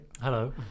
Hello